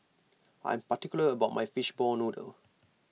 I am particular about my Fishball Noodle